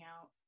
out